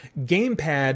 GamePad